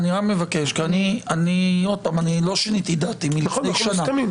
אני לא שניתי את דעתי מלפני שנה.